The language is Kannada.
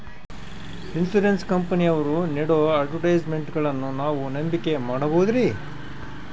ಇನ್ಸೂರೆನ್ಸ್ ಕಂಪನಿಯವರು ನೇಡೋ ಅಡ್ವರ್ಟೈಸ್ಮೆಂಟ್ಗಳನ್ನು ನಾವು ನಂಬಿಕೆ ಮಾಡಬಹುದ್ರಿ?